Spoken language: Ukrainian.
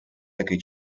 таки